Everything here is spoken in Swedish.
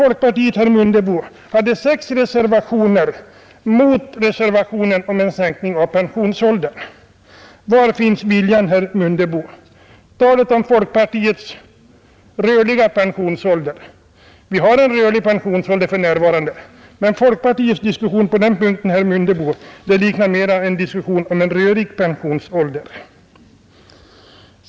Folkpartiet hade där sex reservationer, herr Mundebo, mot reservationen om en sänkning av pensionsåldern. Var finns viljan, herr Mundebo? Det har talats om folkpartiets rörliga pensionsålder. Vi har en rörlig pensionsålder för närvarande och folkpartiets diskussion på den punkten, herr Mundebo, liknar mera en diskussion om en rörig pensionsålder.